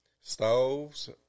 stoves